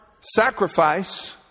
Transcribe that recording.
sacrifice